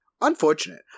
Unfortunate